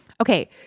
Okay